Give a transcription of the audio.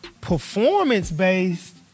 performance-based